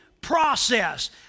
process